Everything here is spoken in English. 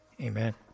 Amen